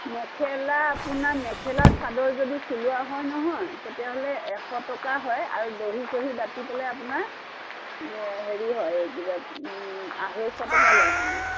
মেখেলা আপোনাৰ মেখেলা চাদৰ যদি চিলোৱা হয় নহয় তেতিয়াহ'লে এশ টকা হয় আৰু দহি চহি বাটি পেলাই আপোনাৰ এই হেৰি হয় কিবা আঢ়ৈশ টকা লওঁ মানে